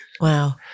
Wow